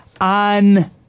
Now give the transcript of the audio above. on